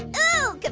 oh,